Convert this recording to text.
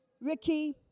Ricky